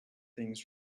things